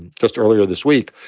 and just earlier this week,